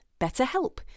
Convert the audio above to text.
BetterHelp